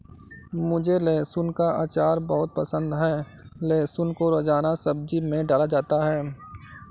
मुझे लहसुन का अचार बहुत पसंद है लहसुन को रोजाना सब्जी में डाला जाता है